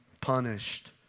punished